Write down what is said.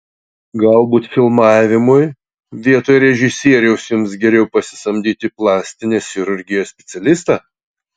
galbūt filmavimui vietoj režisieriaus jums geriau pasisamdyti plastinės chirurgijos specialistą